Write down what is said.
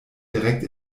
direkt